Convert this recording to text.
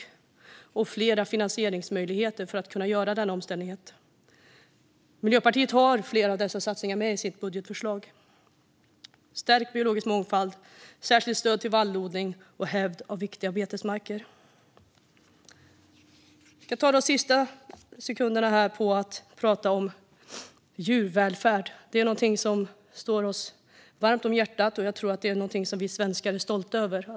Det krävs flera finansieringsmöjligheter för att det ska gå att göra den omställningen helt, och Miljöpartiet har med flera av dessa satsningar i sitt budgetförslag: stärkt biologisk mångfald, särskilt stöd till vallodling och hävd av viktiga betesmarker. Jag ska använda de sista sekunderna av min talartid till att prata om djurvälfärd. Det är något som ligger oss varmt om hjärtat, och att våra djur mår bra tror att är någonting som vi i Sverige är stolta över.